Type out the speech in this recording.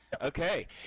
Okay